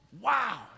wow